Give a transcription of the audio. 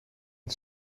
het